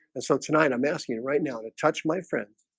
and so tonight i'm asking it right now to touch my friends